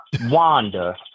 Wanda